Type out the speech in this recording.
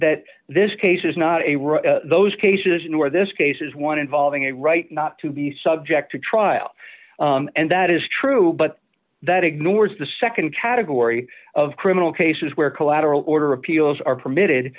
that this case is not a right those cases where this case is one involving a right not to be subject to trial and that is true but that ignores the nd category of criminal cases where collateral order appeals are permitted